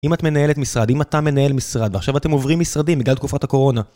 אם את מנהלת משרד, אם אתה מנהל משרד, ועכשיו אתם עוברים משרדים בגלל תקופת הקורונה.